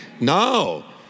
No